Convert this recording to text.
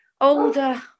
Older